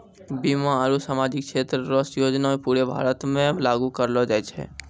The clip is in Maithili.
बीमा आरू सामाजिक क्षेत्र रो योजना पूरे भारत मे लागू करलो जाय छै